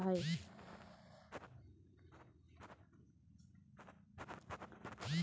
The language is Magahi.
पोटेशियम उर्वरक फसल के वृद्धि ले एक आवश्यक उर्वरक हई डंठल विकास के बढ़ावा दे सकई हई